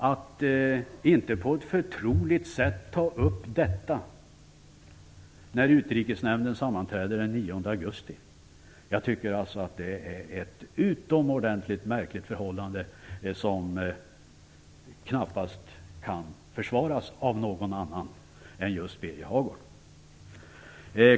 Att han inte på ett förtroligt sätt tar upp detta när Utrikesnämnden sammanträder den 9 augusti är ett utomordentligt märkligt förhållande, som knappast kan försvaras av någon annan än just Birger Hagård.